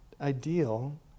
ideal